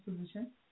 position